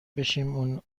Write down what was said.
بشیم